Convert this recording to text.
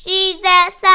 Jesus